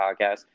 Podcast